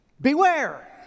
Beware